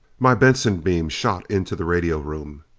my benson beam shot into the radio room.